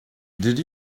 did